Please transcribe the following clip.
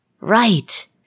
Right